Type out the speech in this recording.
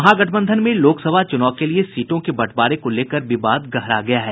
महागठबंधन में लोकसभा चूनाव के लिये सीटों के बंटवारे को लेकर विवाद गहरा गया है